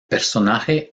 personaje